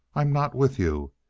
i'm not with you.